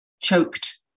choked